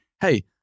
hey